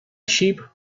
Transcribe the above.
sheep